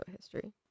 history